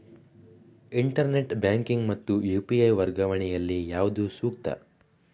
Internet banking ಮತ್ತು UPI ವರ್ಗಾವಣೆ ಯಲ್ಲಿ ಯಾವುದು ಸೂಕ್ತ?